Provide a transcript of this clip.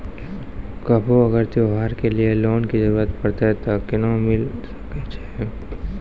कभो अगर त्योहार के लिए लोन के जरूरत परतै तऽ केना मिल सकै छै?